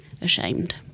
ashamed